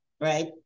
right